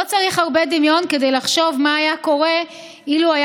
לא צריך הרבה דמיון כדי לחשוב מה היה קורה אילו היה